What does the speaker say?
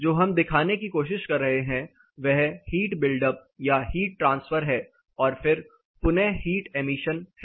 जो हम दिखाने की कोशिश कर हैं वह हीट बिल्डअप या हीट ट्रांसफर है और फिर पुनः हीट एमिशन है